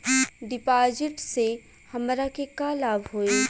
डिपाजिटसे हमरा के का लाभ होई?